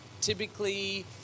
typically